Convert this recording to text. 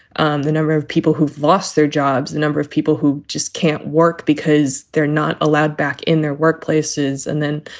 um the number of people who've lost their jobs, the number of people who just can't work because they're not allowed back in their workplaces and then,